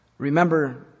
Remember